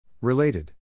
Related